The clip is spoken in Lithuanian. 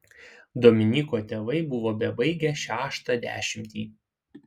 dominyko tėvai buvo bebaigią šeštą dešimtį